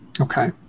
Okay